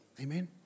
Amen